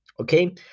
okay